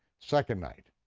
second night,